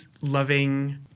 loving